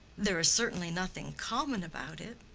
there is certainly nothing common about it.